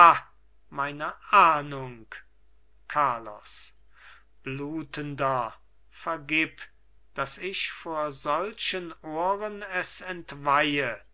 meine ahndung carlos blutender vergib daß ich vor solchen ohren es entweihe